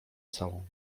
całą